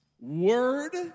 Word